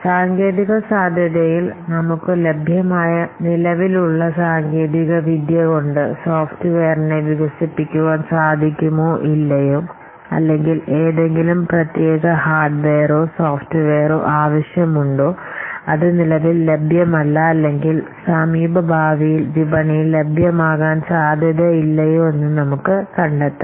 സാങ്കേതിക സാധ്യതയിൽ നമുക്ക് ലഭ്യമായ നിലവിലുള്ള സാങ്കേതിക വിദ്യ കൊണ്ട് സോഫ്റ്റ്വെയറിനെ വികസിപ്പിക്കുവാൻ സാധിക്കുമോ ഇല്ലയോ അല്ലെങ്കിൽ ഏതെങ്കിലും പ്രത്യേക ഹാർഡ്വെയറോ സോഫ്റ്റ്വെയറോ ആവശ്യമുണ്ടോ അതു നമുക്കിടയിൽ ലഭ്യമാണോ അല്ലയോ എന്ന് നമ്മൾ തീരുമാനിക്കണം